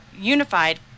unified